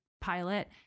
pilot